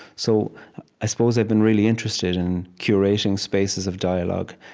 so i suppose i've been really interested in curating spaces of dialogue.